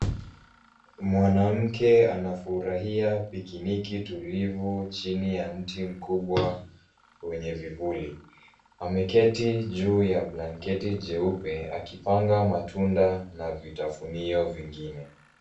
Mwanamke anafurahia pikiniki tulivu chini ya mti mkuvbwa wenye vivuli. Ameketi juu ya blanketi jeupe akipanga matunda na vitafunio vingine.